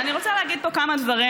תודה רבה.